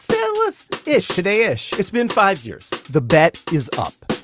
so let's ish today-ish it's been five years. the bet is up.